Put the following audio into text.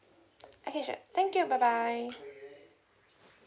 okay sure thank you bye bye